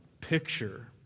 picture